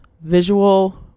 visual